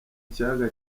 kiyaga